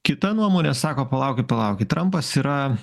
kita nuomonė sako palaukit palaukit trampas yra